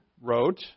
wrote